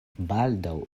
baldaŭ